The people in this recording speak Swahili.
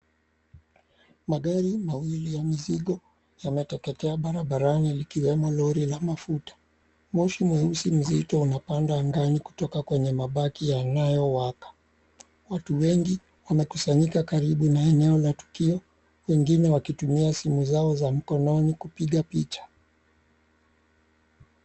Magari mawili ya mizigo yameteketea barabarani likiwemo lori la mafuta. Moshi mweusi mzito unapanda angani kutoka kwenye mabaki yanayowaka. Watu wengi wamekusanyika karibu na eneo la tukio wengine wakitumia simu zao za mikononi kupiga picha.